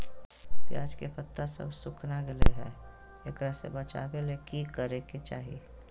प्याज के पत्ता सब सुखना गेलै हैं, एकरा से बचाबे ले की करेके चाही?